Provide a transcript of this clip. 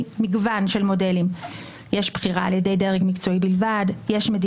גם בהתייחס למבנה הנוכחי של בית המשפט ולמקום שיש לו כיום בשיח